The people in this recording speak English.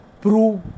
prove